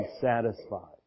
satisfied